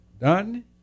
done